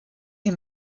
die